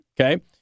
Okay